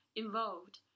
involved